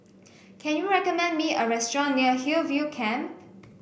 can you recommend me a restaurant near Hillview Camp